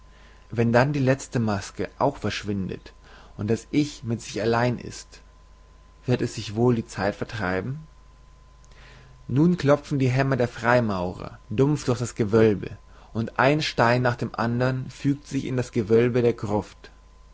wenn dann die lezte maske auch verschwindet und das ich mit sich allein ist wird es sich wohl die zeit vertreiben nun klopfen die hämmer der freimaurer dumpf durch das gewölbe und ein stein nach dem andern fügt sich in das gewölbe der gruft